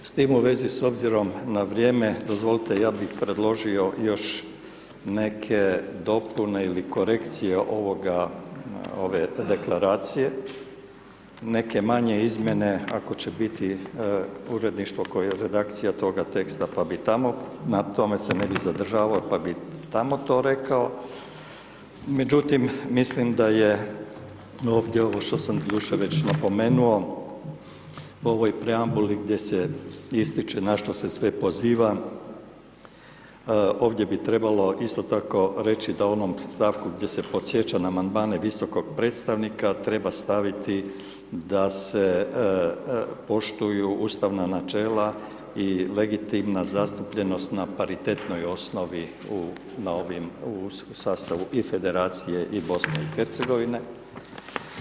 S time u svezi s obzirom na vrijeme dozvolite ja bih predložio još neke dopune ili korekcije ove deklaracije, neke manje izmjene ako će biti uredništvo koje je redakcija toga teksta pa bi tamo, na tome se ne bi zadržavao, pa tamo to rekao, međutim mislim da je ovdje ovo što sam doduše već napomenuo u ovoj preambuli gdje se ističe na što se sve poziva, ovdje bi trebalo isto tako reći da u onom stavku gdje se podsjeća na amandmane visokog predstavnika, treba staviti da se poštuju ustavna načela i legitimna zastupljenost na paritetnoj osnovi u sastavu i federacije i BiH-a.